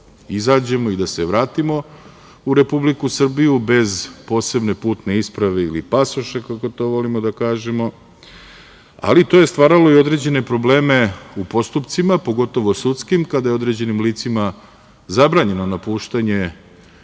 izađemo i da se vratimo u Republiku Srbiju, bez posebne putne isprave ili pasoša, kako to volimo da kažemo, ali to je stvaralo i određene probleme u postupcima, pogotovo sudskim, kada je određenim licima zabranjeno napuštanje